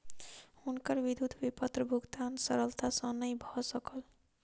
हुनकर विद्युत विपत्र भुगतान सरलता सॅ नै भ सकल